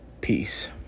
Peace